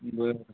बरं